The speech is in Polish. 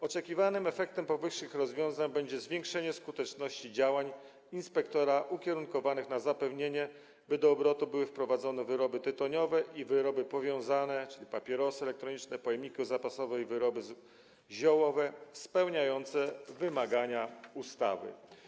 Oczekiwanym efektem powyższych rozwiązań będzie zwiększenie skuteczności działań inspektora ukierunkowanych na zapewnienie, by do obrotu były wprowadzone wyroby tytoniowe i wyroby powiązane, czyli papierosy elektroniczne, pojemniki zapasowe i wyroby ziołowe, spełniające wymagania ustawy.